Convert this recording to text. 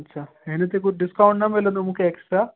अच्छा हिनते को डिस्काउंट न मिलंदो मूंखे एक्स्ट्रा